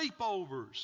sleepovers